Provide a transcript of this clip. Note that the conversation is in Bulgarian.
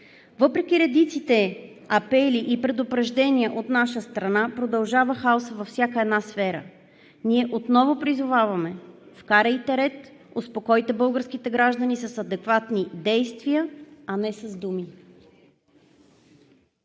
Въпреки редицата апели и предупреждения от наша страна продължава хаосът във всяка една сфера. Ние отново призоваваме – вкарайте ред, успокойте българските граждани с адекватни действия, а не с думи!